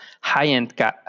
high-end